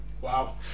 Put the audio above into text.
wow